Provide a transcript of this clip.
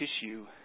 tissue